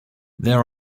there